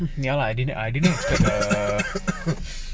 ya lah I think I think I think err